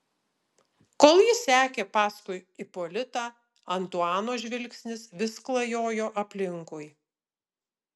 kol jis sekė paskui ipolitą antuano žvilgsnis vis klajojo aplinkui